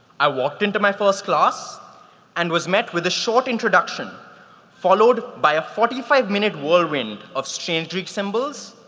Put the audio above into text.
i walked into my first class and was met with a short introduction followed by a forty five minute whirlwind of strange greek symbols,